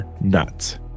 nuts